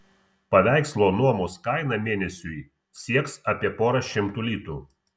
paveikslo nuomos kaina mėnesiui sieks apie porą šimtų litų